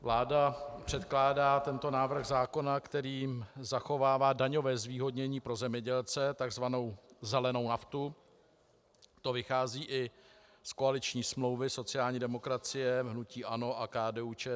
Vláda předkládá tento návrh zákona, kterým zachovává daňové zvýhodnění pro zemědělce, takzvanou zelenou naftu, to vychází i z koaliční smlouvy sociální demokracie, hnutí ANO a KDUČSL.